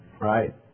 right